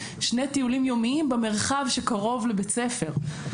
שני טיולים יומיים במרחב שקרוב לבית הספר.